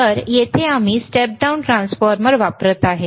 तर येथे आम्ही स्टेप डाउन ट्रान्सफॉर्मर वापरत आहोत